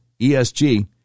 ESG